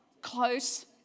Close